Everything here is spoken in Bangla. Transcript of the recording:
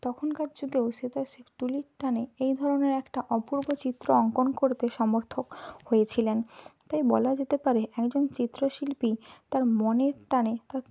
তখনকার যুগেও সে তার সে তুলির টানে এই ধরনের একটা অপূর্ব চিত্র অঙ্কন করতে সমর্থক হয়েছিলেন তাই বলা যেতে পারে একজন চিত্রশিল্পী তার মনের টানে তার